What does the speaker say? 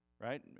right